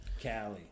Cali